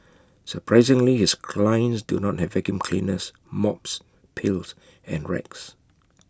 surprisingly his clients do not have vacuum cleaners mops pails and rags